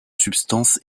substances